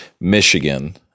Michigan